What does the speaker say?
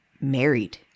married